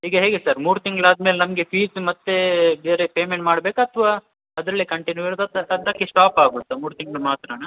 ಈಗ ಹೇಗೆ ಸರ್ ಮೂರು ತಿಂಗ್ಳು ಆದ ಮೇಲೆ ನಮಗೆ ಫೀಸ್ ಮತ್ತೆ ಬೇರೆ ಪೇಮೆಂಟ್ ಮಾಡಬೇಕಾ ಅಥವಾ ಅದರಲ್ಲೆ ಕಂಟಿನ್ಯೂ ಇರುತ್ತಾ ಅರ್ಧಕ್ಕೆ ಸ್ಟಾಪ್ ಆಗ್ಬಿಡತ್ತಾ ಮೂರು ತಿಂಗ್ಳು ಮಾತ್ರನಾ